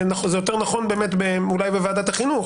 יותר נכון בוועדת החינוך